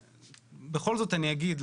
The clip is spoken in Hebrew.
ובכל זאת אני אגיד,